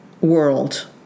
world